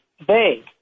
vague